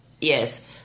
Yes